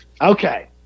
Okay